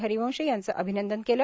हरिवंश यांचं अभिनंदन केलं